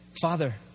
Father